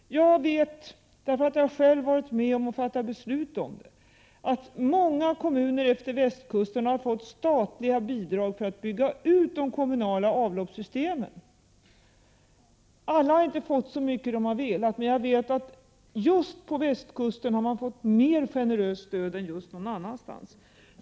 Jag vet — därför att jag själv har varit med om att fatta beslut om det — att många kommuner efter västkusten har fått statliga bidrag för att bygga ut de kommunala avloppssystemen. Alla har inte fått så mycket som de har velat, men jag vet att man just på västkusten har fått mer generöst stöd än någon annanstans.